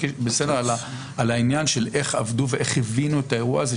על העניין של איך עבדו ואיך הבינו את האירוע הזה.